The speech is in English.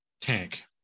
tank